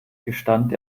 gestand